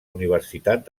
universitat